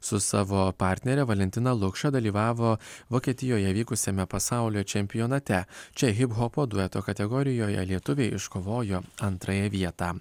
su savo partnere valentina lukša dalyvavo vokietijoje vykusiame pasaulio čempionate čia hiphopo dueto kategorijoje lietuviai iškovojo antrąją vietą